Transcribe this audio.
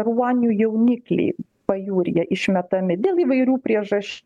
ruonių jaunikliai pajūryje išmetami dėl įvairių priežaš